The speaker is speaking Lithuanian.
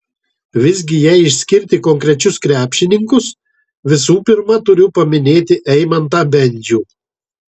visgi jei išskirti konkrečius krepšininkus visų pirma turiu paminėti eimantą bendžių